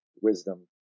Wisdom